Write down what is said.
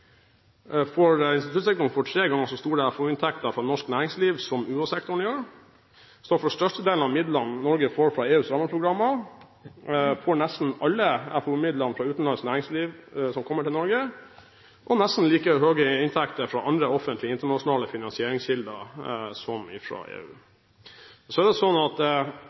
Instituttsektoren får tre ganger så store FoU-inntekter fra norsk næringsliv som UH-sektoren gjør. Instituttsektoren står for den største andelen av midler Norge får fra EUs rammeprogrammer. Instituttsektoren får nesten alle FoU-midlene fra utenlandsk næringsliv til Norge. Instituttsektoren får nesten like høye inntekter fra andre offentlige internasjonale finansieringskilder som fra EU. Instituttene er